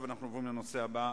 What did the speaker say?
זה היה רק לתפארת